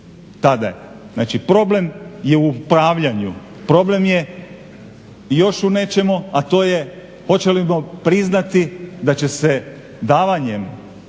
Tada je. Znači, problem je u upravljanju, problem je i još u nečemu, a to je hoćemo li priznati da će se davanjem